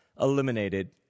eliminated